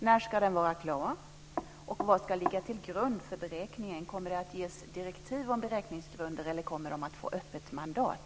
När ska den vara klar? Och vad ska ligga till grund för beräkningen? Kommer det att ges direktiv om beräkningsgrunder, eller kommer utredningen att få öppet mandat?